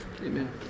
Amen